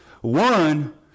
One